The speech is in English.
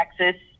Texas